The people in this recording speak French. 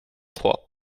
trois